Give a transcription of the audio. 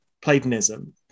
Platonism